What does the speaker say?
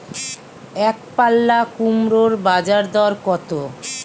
একপাল্লা কুমড়োর বাজার দর কত?